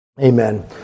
Amen